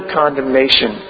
condemnation